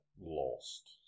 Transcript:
lost